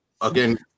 again